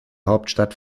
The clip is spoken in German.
hauptstadt